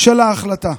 של ההחלטה,